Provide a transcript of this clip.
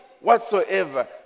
whatsoever